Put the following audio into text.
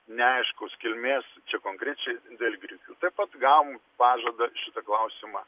neaiškūs kilmės čia konkrečiai dėl grikių taip pat gavom pažadą šitą klausimą